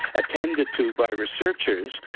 attended to by researchers,